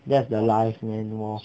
that's the life man more